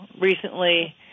recently